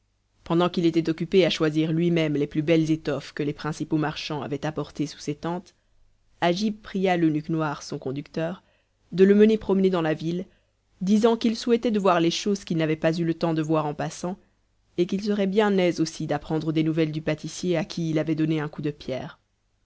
pendant qu'il était occupé à choisir lui-même les plus belles étoffes que les principaux marchands avaient apportées sous ses tentes agib pria l'eunuque noir son conducteur de le mener promener dans la ville disant qu'il souhaitait de voir les choses qu'il n'avait pas eu le temps de voir en passant et qu'il serait bien aise aussi d'apprendre des nouvelles du pâtissier à qui il avait donné un coup de pierre